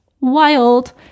wild